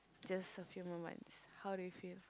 just a few more months how do you feel